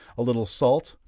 a little salt,